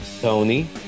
Tony